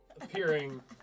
appearing